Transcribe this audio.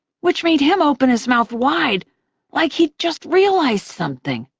which made him open his mouth wide like he'd just realized something.